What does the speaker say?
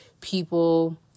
people